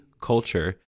culture